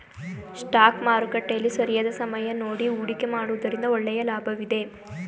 stock ಮಾರುಕಟ್ಟೆಯಲ್ಲಿ ಸರಿಯಾದ ಸಮಯ ನೋಡಿ ಹೂಡಿಕೆ ಮಾಡುವುದರಿಂದ ಒಳ್ಳೆಯ ಲಾಭವಿದೆ